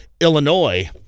Illinois